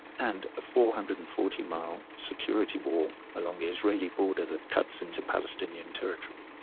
and a four hundred and forty mile security wall along the israeli border that cuts into palestinian territory.